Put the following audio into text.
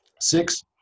six